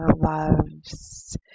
loves